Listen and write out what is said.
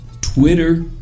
Twitter